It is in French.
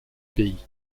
pays